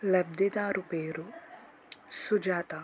లబ్ధిదారు పేరు సుజాత